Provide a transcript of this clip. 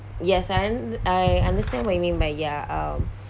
yes and I understand what you mean by ya um